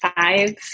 five